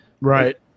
right